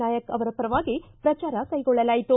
ನಾಯಕ್ ಅವರ ಪರವಾಗಿ ಪ್ರಚಾರ ಕೈಗೊಳ್ಳಲಾಯಿತು